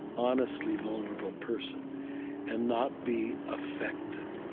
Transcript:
honestly vulnerable person and not be affected.